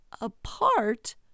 apart